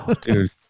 dude